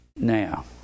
now